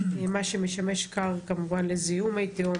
מה שמשמש כר כמובן לזיהום מי תהום,